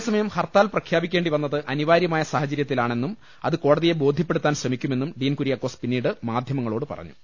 അതേസമയം ഹർത്താൽ പ്രഖ്യാപിക്കേണ്ടി വന്നത് അനിവാ രൃമായ സാഹചരൃത്തിലാണെന്നും അത് കോടതിയെ ബോധൃ പ്പെടുത്താൻ ശ്രമിക്കുമെന്നും ഡീൻ കുര്യാക്കോസ് പിന്നീട് മാധ്യ മങ്ങളോട് പറഞ്ഞു